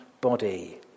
body